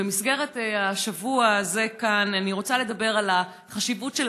במסגרת השבוע הזה כאן אני רוצה לדבר על החשיבות של